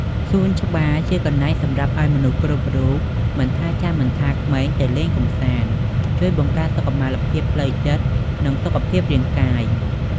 សួនច្បារជាកន្លែងសម្រាប់ឲ្យមនុស្សគ្រប់រូប មិនថាចាស់ មិនថាក្មេងទៅលេងកំសាន្ត ជួយបង្កើតសុខុមាលភាពផ្លូវចិត្ត និងសុខភាពរាងកាយ។